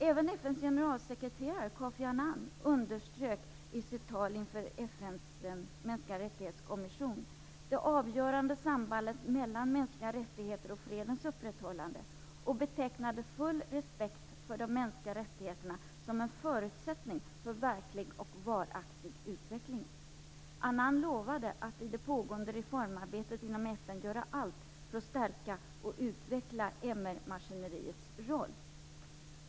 Även FN:s generalsekreterare Kofi Annan underströk i sitt tal inför FN:s kommission för mänskliga rättigheter det avgörande sambandet mellan mänskliga rättigheter och fredens upprätthållande, och betecknade full respekt för de mänskliga rättigheterna som en förutsättning för verklig och varaktig utveckling. Annan lovade att i det pågående reformarbetet inom FN göra allt för att stärka och utveckla MR maskineriets roll.